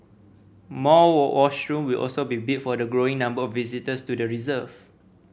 more washroom will also be built for the growing number of visitors to the reserve